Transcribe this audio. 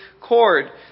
cord